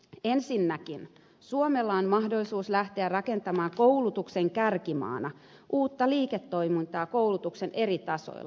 ensinnäkin suomella on mahdollisuus lähteä rakentamaan koulutuksen kärkimaana uutta liiketoimintaa koulutuksen eri tasoilla